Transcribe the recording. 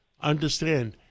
understand